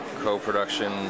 co-production